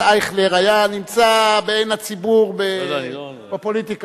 אייכלר היה נמצא בעין הציבור ב"פופוליטיקה".